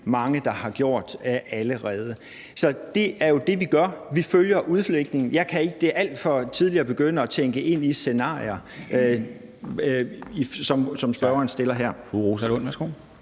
mange, der har gjort allerede. Så det er jo det, vi gør. Vi følger udviklingen. Det er alt for tidligt at begynde at tænke i scenarier, som spørgeren lægger